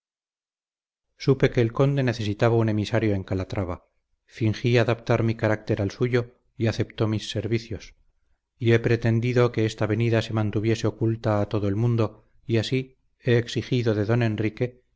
supe que el conde necesitaba un emisario en calatrava fingí adaptar mi carácter al suyo y aceptó mis servicios y he pretendido que esta venida se mantuviese oculta a todo el mundo y así he exigido de don enrique